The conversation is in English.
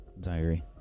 diary